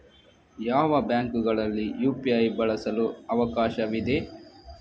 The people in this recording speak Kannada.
ಯಾವ ಬ್ಯಾಂಕುಗಳಲ್ಲಿ ಯು.ಪಿ.ಐ ಬಳಸಲು ಅವಕಾಶವಿದೆ?